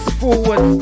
forward